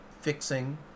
fixing